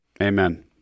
Amen